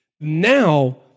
Now